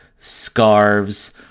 scarves